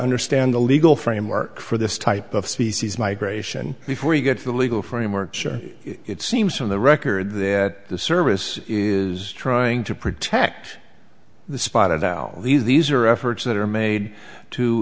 understand the legal framework for this type of species migration before you get to the legal framework sure it seems from the record that the service trying to protect the spotted owl these are efforts that are made to